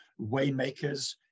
Waymakers